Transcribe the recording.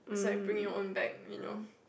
it's like bring your own bag you know